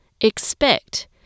expect